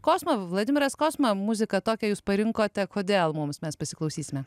kosma vladimiras kosma muziką tokią jūs parinkote kodėl mums mes pasiklausysime